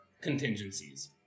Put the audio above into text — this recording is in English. contingencies